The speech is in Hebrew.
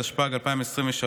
התשפ"ג 2023,